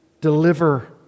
deliver